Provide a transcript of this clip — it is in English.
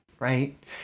right